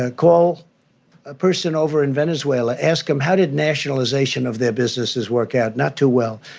ah call a person over in venezuela. ask him how did nationalization of their businesses work out? not too well.